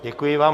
Děkuji vám.